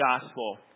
gospel